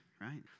right